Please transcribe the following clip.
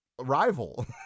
rival